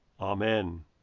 Amen